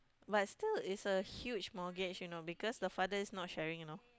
but still it's a huge mortgage you know because the father is not sharing you know